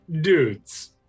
dudes